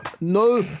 No